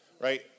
right